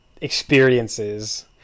experiences